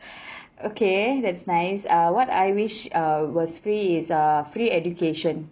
okay that's nice err what I wish uh was free is uh free education